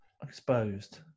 exposed